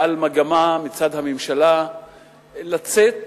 למגמה מצד הממשלה לצאת